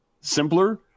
simpler